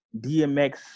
DMX